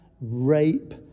rape